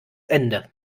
ende